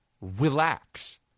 Relax